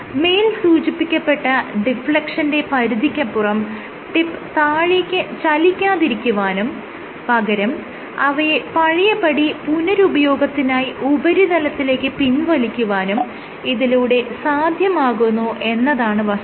മേൽ സൂചിപ്പിക്കപ്പെട്ട ഡിഫ്ലെക്ഷന്റെ പരിധിക്കപ്പുറം ടിപ്പ് താഴേക്ക് ചലിക്കാതിരിക്കുവാനും പകരം അവയെ പഴയപടി പുനഃരുപയോഗത്തിനായി ഉപരിതലത്തിലേക്ക് പിൻവലിക്കുവാനും ഇതിലൂടെ സാധ്യമാകുന്നു എന്നതാണ് വസ്തുത